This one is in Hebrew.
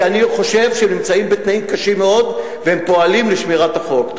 כי אני חושב שהם נמצאים בתנאים קשים מאוד והם פועלים לשמירת החוק.